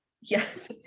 Yes